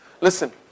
Listen